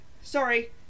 Sorry